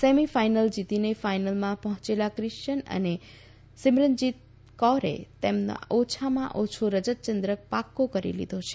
semi final જીતીને ફાયનલમાં પહોયેલા ક્રિશન અને સીમરન જીત કૌરે તેમનો ઓછામાં ઓછો રજત ચંદ્રક પાકો કરી લીધો છે